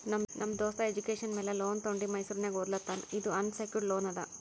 ನಮ್ ದೋಸ್ತ ಎಜುಕೇಷನ್ ಮ್ಯಾಲ ಲೋನ್ ತೊಂಡಿ ಮೈಸೂರ್ನಾಗ್ ಓದ್ಲಾತಾನ್ ಇದು ಅನ್ಸೆಕ್ಯೂರ್ಡ್ ಲೋನ್ ಅದಾ